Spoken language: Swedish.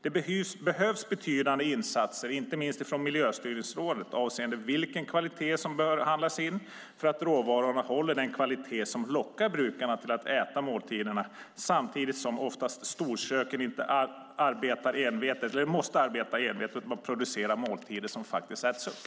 Det behövs betydande insatser, inte minst från Miljöstyrningsrådet, avseende vilken kvalitet som bör handlas in för att råvarorna ska hålla en kvalitet som lockar brukarna till att äta måltiderna, samtidigt som storköken måste arbeta envetet med att producera måltider som faktiskt äts upp.